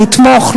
לתמוך,